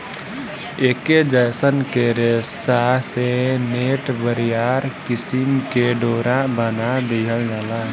ऐके जयसन के रेशा से नेट, बरियार किसिम के डोरा बना दिहल जाला